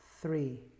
three